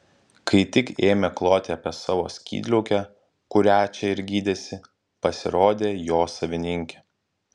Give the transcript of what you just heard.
kai tik ėmė kloti apie savo skydliaukę kurią čia ir gydėsi pasirodė jo savininkė